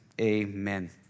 amen